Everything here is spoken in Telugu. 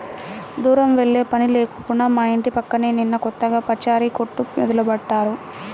దూరం వెళ్ళే పని లేకుండా మా ఇంటి పక్కనే నిన్న కొత్తగా పచారీ కొట్టు మొదలుబెట్టారు